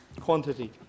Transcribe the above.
quantity